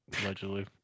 Allegedly